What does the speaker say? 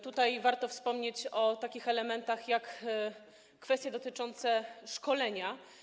Tutaj warto wspomnieć o takich elementach jak te dotyczące szkolenia.